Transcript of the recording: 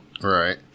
Right